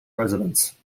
residence